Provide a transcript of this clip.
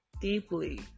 deeply